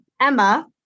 Emma